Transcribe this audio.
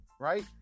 Right